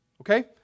Okay